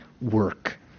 work